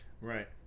Right